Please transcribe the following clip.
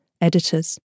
editors